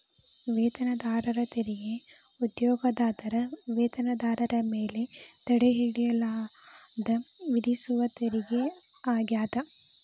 ವೇತನದಾರರ ತೆರಿಗೆ ಉದ್ಯೋಗದಾತರ ವೇತನದಾರರ ಮೇಲೆ ತಡೆಹಿಡಿಯಲಾದ ವಿಧಿಸುವ ತೆರಿಗೆ ಆಗ್ಯಾದ